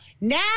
Now